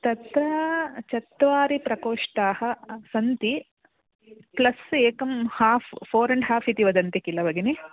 तत्र चत्वारः प्रकोष्ठाः सन्ति प्लस् एकं हाफ़् फ़ोर् अण्ड् हाफ् इति वदन्ति किल भगिनि